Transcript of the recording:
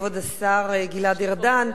כבוד השר גלעד ארדן,